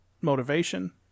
motivation